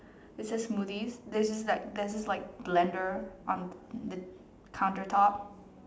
it says smoothies this is like there's this like blender on the counter top